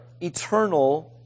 eternal